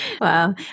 Wow